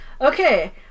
Okay